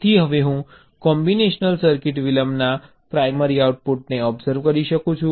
તેથી હવે હું કોમ્બિનેશનલ સર્કિટ વિલંબના પ્રાઇમરી આઉટપુટને ઓબ્સર્વ કરી શકું છું